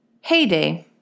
Heyday